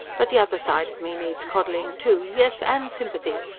but the other side of me needs coddling too yes, and sympathy.